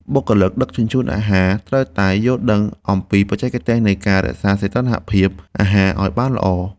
បុគ្គលិកដឹកជញ្ជូនអាហារត្រូវតែយល់ដឹងអំពីបច្ចេកទេសនៃការរក្សាសីតុណ្ហភាពអាហារឱ្យបានល្អ។